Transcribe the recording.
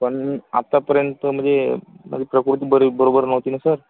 पण आत्तापर्यंत म्हणजे माझी प्रकृती बरी बरोबर नव्हती ना सर